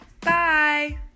Bye